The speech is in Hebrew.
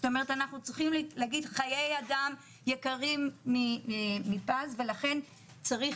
זאת אומרת שאנחנו צריכים להגיד שחיי אדם יקרים מפז ולכן צריך